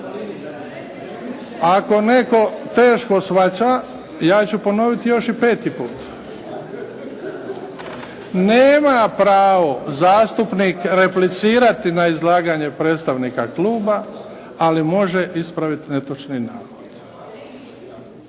Ako netko teško shvaća ja ću ponoviti još i peti put. Nema pravo zastupnik replicirati na izlaganje predstavnika kluba, ali može ispraviti netočni navod.